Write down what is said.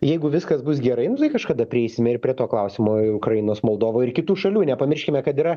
jeigu viskas bus gerai nu tai kažkada prieisime ir prie to klausimo ir ukrainos moldova ir kitų šalių nepamirškime kad yra